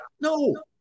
No